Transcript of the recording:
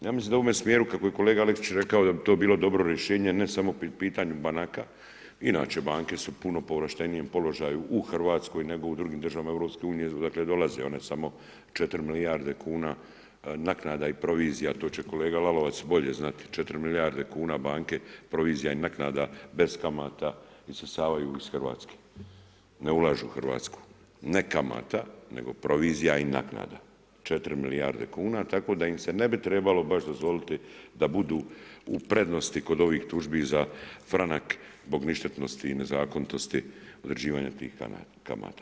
Ja mislim da u ovome smjeru kako je kolega Aleksić rekao, da bi to bilo dobro rješenje ne samo po pitanju banaka, inače banke su u puno povlaštenijem položaju u Hrvatskoj nego u drugim državama EU-a, dakle dolaze, one samo 4 milijarde kuna naknada i provizija, to će kolega Lalovac bolje znati, 4 milijarde kuna banke provizija i naknada bez kamata isisavaju iz Hrvatske, ne ulažu Hrvatsku, ne kamata, nego provizija i naknada, 4 milijarde kuna tako da im se ne bi trebalo baš dozvoliti da budu u prednosti kod ovih tužbi za franaka zbog ništetnosti i nezakonitosti u određivanju tih kamata.